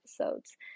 episodes